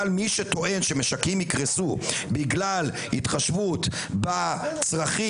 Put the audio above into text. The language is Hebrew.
מי שטוען שמשקים יקרסו בגלל התחשבות בצרכים